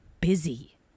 busy